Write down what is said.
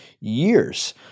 years